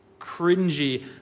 cringy